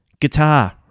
Guitar